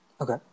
Okay